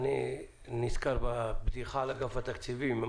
אני נזכר בבדיחה על אגף התקציבים,